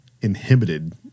inhibited